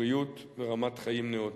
בריאות ורמת חיים נאותה.